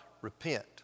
repent